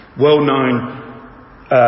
Well-known